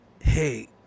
hey